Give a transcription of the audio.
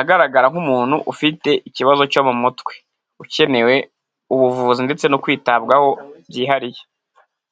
agaragara nk'umuntu ufite ikibazo cyo mu mutwe ukenewe ubuvuzi ndetse no kwitabwaho byihariye.